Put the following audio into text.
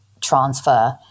transfer